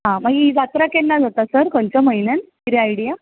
आं मागीर ही जात्रा केन्ना जाता सर खंयच्या म्हयन्यांत कितें आयडिया